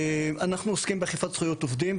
אנחנו עוסקים באכיפת זכויות עובדים.